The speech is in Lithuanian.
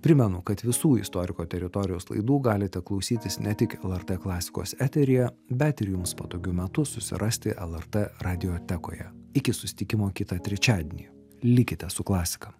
primenu kad visų istoriko teritorijos laidų galite klausytis ne tik lrt klasikos eteryje bet ir jums patogiu metu susirasti lrt radiotekoje iki susitikimo kitą trečiadienį likite su klasika